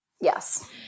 Yes